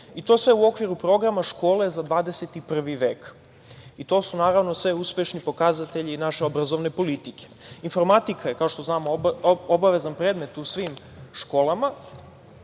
i to sve u okviru Programa „Škole za 21. vek“. To su, naravno, sve uspešni pokazatelji naše obrazovne politike. Informatika je, kao što znamo, obavezan predmet u svim školama,